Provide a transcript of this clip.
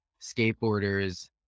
skateboarders